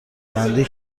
بندی